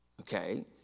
Okay